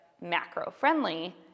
macro-friendly